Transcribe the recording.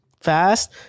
fast